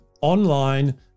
online